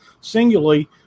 singly